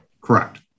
Correct